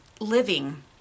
living